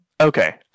okay